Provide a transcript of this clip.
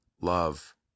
love